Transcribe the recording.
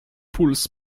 puls